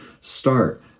start